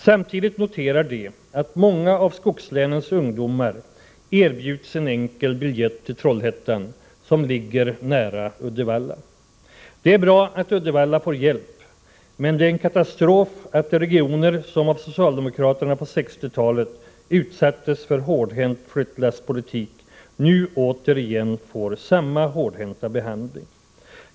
Samtidigt noterar de att många av skogslänens ungdomar erbjuds en enkel biljett till Trollhättan, som ligger nära Uddevalla. Det är bra att Uddevalla får hjälp, men det är en katastrof att de regioner som av socialdemokraterna på 1960-talet utsattes för en hårdhänt flyttlasspolitik nu återigen får samma hårdhänta behandling.